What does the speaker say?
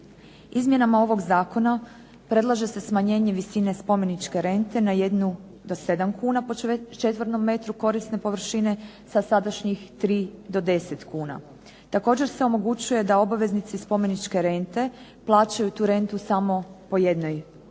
Izmjenama ovog zakona predlaže se smanjenje visine spomeničke rente na jednu do 7 kuna po četvornom metru korisne površine, sa sadašnjih 3 do 10 kuna. Također se omogućuje da obaveznici spomeničke rente plaćaju tu rentu samo po jednoj